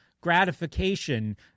gratification